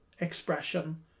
expression